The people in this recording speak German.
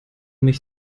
mich